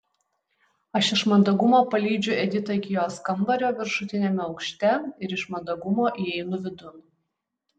aš iš mandagumo palydžiu editą iki jos kambario viršutiniame aukšte ir iš mandagumo įeinu vidun